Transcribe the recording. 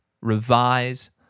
revise